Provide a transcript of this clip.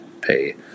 pay